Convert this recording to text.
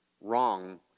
wrong